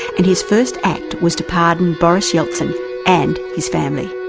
and his first act was to pardon boris yeltsin and his family.